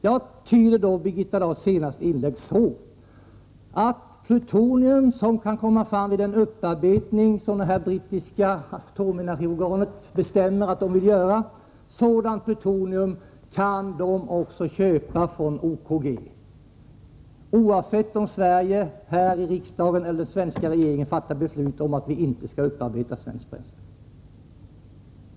Jag tyder Birgitta Dahls senaste inlägg så att sådant plutonium som kan komma fram vid en upparbetning som det brittiska atomenergiorganet bestämmer att man vill göra, går det också att köpa från OKG, oavsett om vi här i riksdagen eller den svenska regeringen fattar beslut om att inte upparbeta svenskt bränsle.